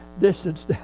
distance